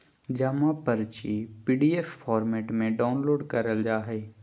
जमा पर्ची PDF format में डाउनलोड करल जा हय